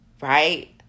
Right